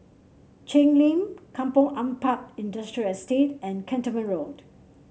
Cheng Lim Kampong Ampat Industrial Estate and Cantonment Road